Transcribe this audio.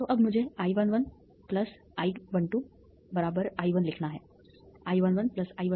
तो अब मुझे I 1 1 I 1 2 I 1 लिखना है I11 I12 I1